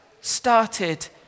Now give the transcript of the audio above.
started